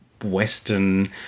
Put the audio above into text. Western